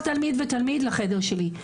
כל תלמיד ותלמיד לחדר שלי,